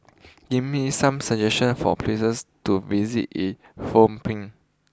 give me some suggestions for places to visit in Phnom Penh